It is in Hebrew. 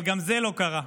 אבל גם זה לא קרה.